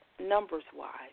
numbers-wise